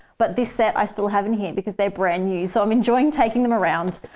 but this set i still have in here because they're brand new, so i'm enjoying taking them around.